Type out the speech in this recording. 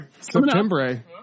September